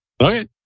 Okay